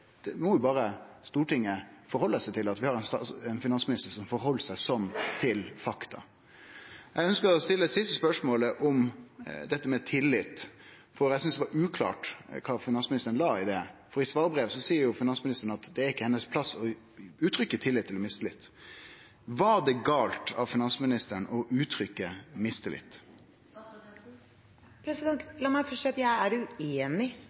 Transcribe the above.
må Stortinget berre ta til etterretning at vi har ein finansminister som har eit slikt forhold til fakta. Eg ynskjer å stille eit spørsmål til dette med tillit, for eg synest det var uklart kva finansministeren la i det, for i svarbrevet seier finansministeren at det ikkje er hennar plass å uttrykkje tillit eller mistillit. Var det gale av finansministeren å uttrykke mistillit? La meg først si at jeg er